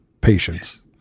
patience